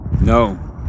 no